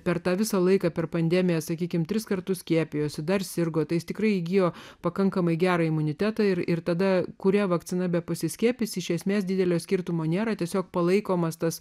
per tą visą laiką per pandemiją sakykime tris kartus skiepijosi dar sirgo tai tikrai įgijo pakankamai gerą imunitetą ir ir tada kurie vakcina be pasiskiepysi iš esmės didelio skirtumo nėra tiesiog palaikomas tas